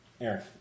Aaron